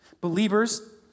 believers